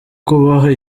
kubaha